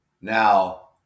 Now